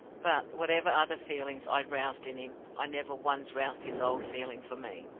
but, whatever other feelings i roused in him, i never once roused his old feeling for me.